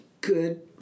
good